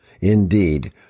Indeed